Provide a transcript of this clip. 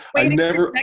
i never,